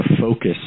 focus